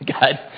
God